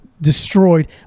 Destroyed